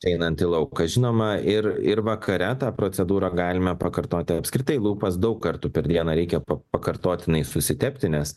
einant į lauką žinoma ir ir vakare tą procedūrą galime pakartoti apskritai lūpas daug kartų per dieną reikia pakartotinai susitepti nes